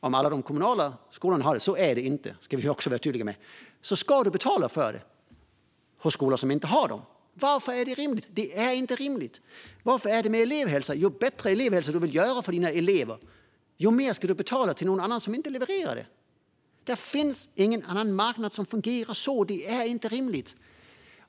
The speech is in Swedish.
Om alla de kommunala skolorna har det - vilket inte är fallet, det ska vi vara tydliga med - ska du betala för det hos skolor som inte har det. Varför är det rimligt? Det är inte rimligt. Och hur är det med elevhälsa? Ju bättre elevhälsa du vill skapa för dina elever, desto mer ska du betala till någon annan som inte levererar det. Det finns ingen annan marknad som fungerar så. Det är inte rimligt.